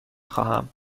خواهم